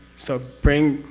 so bring.